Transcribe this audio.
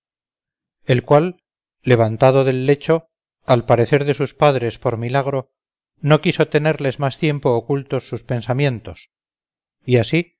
el cual levantado del lecho al parecer de sus padres por milagro no quiso tenerles más tiempo ocultos sus pensamientos y así